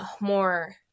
more